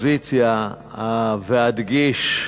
מהאופוזיציה ואדגיש: